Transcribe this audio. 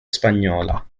spagnola